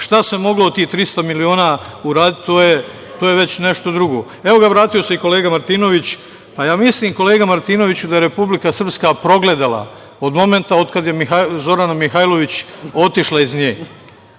šta se moglo od tih 300 miliona uraditi, to je već nešto drugo. Evo ga, vratio se i kolega Martinović. Ja mislim, kolega Martinoviću, da je Republika Srpska progledala od momenta od kad je Zorana Mihajlović otišla iz nje.